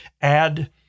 add